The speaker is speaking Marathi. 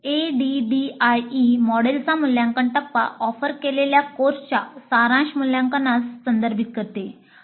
ADDIE मॉडेलचा मूल्यांकन टप्पा ऑफर केलेल्या कोर्सच्या सारांश मूल्यांकनास संदर्भित करते